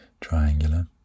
triangular